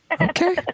Okay